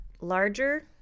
larger